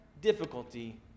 difficulty